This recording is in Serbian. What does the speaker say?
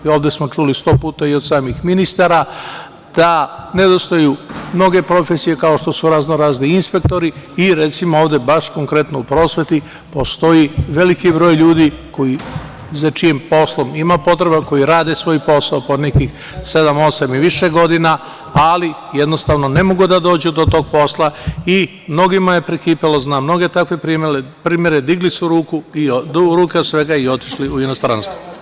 Ovde smo čuli sto puta i od samih ministara da nedostaju mnoge profesije kao što su raznorazni inspektori i, recimo, ovde, baš konkretno u prosveti, postoji veliki broj ljudi za čijim poslom ima potreba, koji rade svoj posao po nekih sedam-osam i više godina, ali, jednostavno, ne mogu da dođu do tog posla i mnogima je prekipelo, znam mnogo takvih primera, digli su ruke od svega i otišli u inostranstvo.